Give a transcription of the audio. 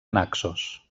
naxos